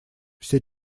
все